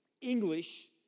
English